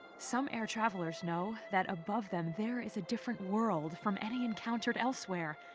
some air travelers know that above them there is a different world from any encountered elsewhere.